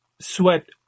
sweat